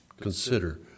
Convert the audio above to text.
consider